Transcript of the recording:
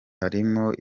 harimo